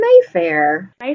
Mayfair